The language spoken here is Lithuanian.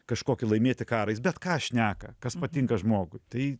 kažkokį laimėti karą jis bet ką šneka kas patinka žmogui tai